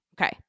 Okay